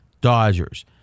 Dodgers